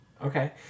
Okay